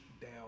down